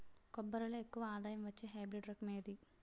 కొబ్బరి లో ఎక్కువ ఆదాయం వచ్చే హైబ్రిడ్ రకం ఏది?